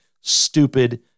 stupid